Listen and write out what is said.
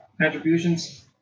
contributions